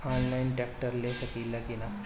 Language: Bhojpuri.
आनलाइन ट्रैक्टर ले सकीला कि न?